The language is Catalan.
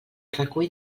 recull